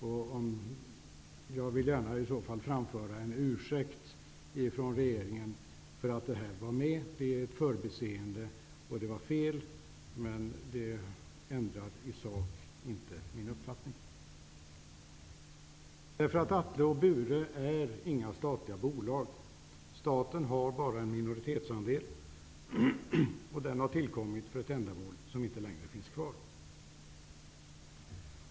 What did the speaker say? Jag vill i så fall gärna framföra en ursäkt från regeringen för att det blev så. Det är ett förbiseende. Det var fel, men det ändrar i sak inte min uppfattning. Atle och Bure är inga statliga bolag. Staten har bara en minoritetsandel. Den har tillkommit för ett ändamål som inte längre är aktuellt.